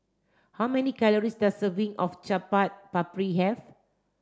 how many calories does a serving of Chaat Papri have